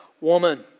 woman